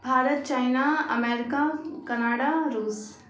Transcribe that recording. Bharat China America Canada रूस